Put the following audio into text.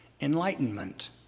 enlightenment